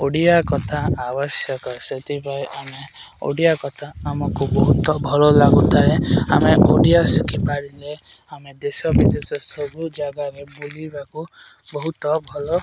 ଓଡ଼ିଆ କଥା ଆବଶ୍ୟକ ସେଥିପାଇଁ ଆମେ ଓଡ଼ିଆ କଥା ଆମକୁ ବହୁତ ଭଲ ଲାଗୁଥାଏ ଆମେ ଓଡ଼ିଆ ଶିଖିପାରିଲେ ଆମେ ଦେଶ ବିଦେଶ ସବୁ ଜାଗାରେ ବୁଲିବାକୁ ବହୁତ ଭଲ